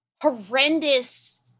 horrendous